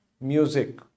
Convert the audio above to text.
music